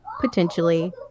potentially